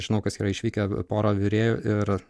žinau kas yra išvykę pora virėjų ir